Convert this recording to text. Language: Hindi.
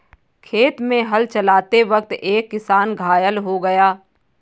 खेत में हल चलाते वक्त एक किसान घायल हो गया